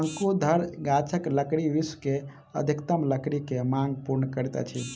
शंकुधर गाछक लकड़ी विश्व के अधिकतम लकड़ी के मांग पूर्ण करैत अछि